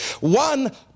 One